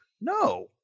no